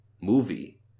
movie